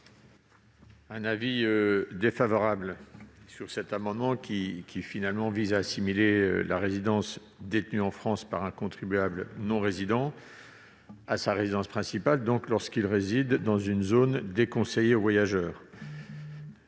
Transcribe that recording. est défavorable à cet amendement, qui vise à assimiler la résidence détenue en France par un contribuable non résident à sa résidence principale, lorsqu'il réside dans une zone déconseillée aux voyageurs.